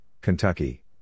Kentucky